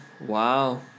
Wow